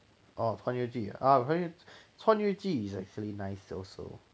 oh 穿越剧 ah oh 穿越穿越剧 is actually nice also